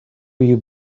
your